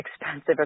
expensive